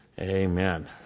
Amen